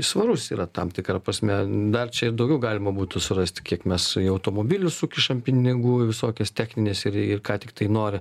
svarus yra tam tikra prasme dar daugiau galima būtų surasti kiek mes į automobilius sukišam pinigų į visokias technines ir ir ką tiktai nori